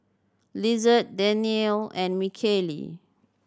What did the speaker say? Lizeth Daniele and Mikaela